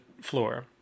floor